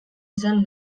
izan